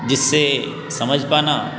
जिसे समझ पाना